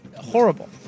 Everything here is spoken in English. horrible